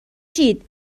شید